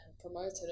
promoted